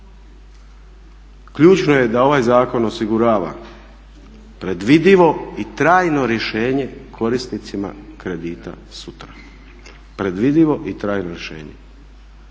Ključno je da ovaj zakon osigurava predvidivo i trajno rješenje korisnicima kredita sutra. A HNB, njena